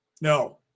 No